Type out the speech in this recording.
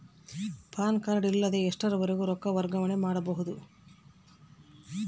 PAN card ಇಲ್ಲದ ಎಷ್ಟರವರೆಗೂ ರೊಕ್ಕ ವರ್ಗಾವಣೆ ಮಾಡಬಹುದು?